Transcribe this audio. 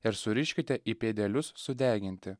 ir suriškite į pėdelius sudeginti